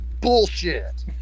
bullshit